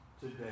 today